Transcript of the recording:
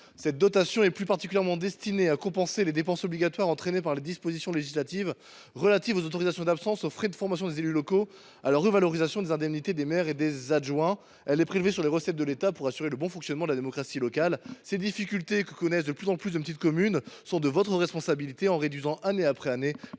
Cette dotation vise principalement à compenser les dépenses obligatoires résultant des dispositions législatives relatives aux autorisations d’absence, aux frais de formation des élus locaux et à la revalorisation des indemnités des maires et des adjoints. Elle est prélevée sur les recettes de l’État pour assurer le bon fonctionnement de la démocratie locale. Ces difficultés que connaissent de plus en plus de petites communes sont de votre responsabilité, madame la ministre, car elles résultent